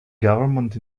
government